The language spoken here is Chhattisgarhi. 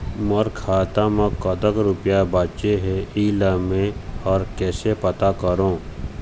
मोर खाता म कतक रुपया बांचे हे, इला मैं हर कैसे पता करों?